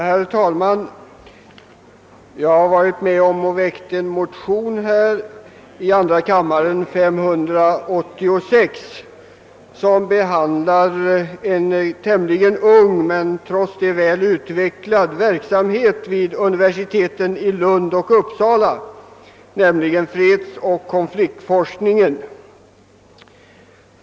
Herr talman! Jag har varit med om att väcka motionen 1I1:586 som behandlar en tämligen ung men trots det väl utvecklad verksamhet vid universiteien i Lund och Uppsala, nämligen fredsoch konfliktforskningen.